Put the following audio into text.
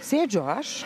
sėdžiu aš